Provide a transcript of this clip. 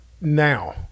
now